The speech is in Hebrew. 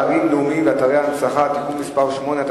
אתרים לאומיים ואתרי הנצחה (תיקון מס' 8),